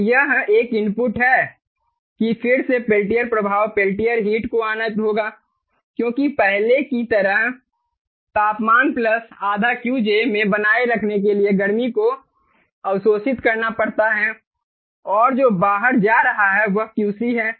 तो यह एक इनपुट है कि फिर से पेल्टियर प्रभाव पेल्टियर हीट को आना होगा क्योंकि पहले की तरह तापमान प्लस आधा Qj में बनाए रखने के लिए गर्मी को अवशोषित करना पड़ता है और जो बाहर जा रहा है वह QC है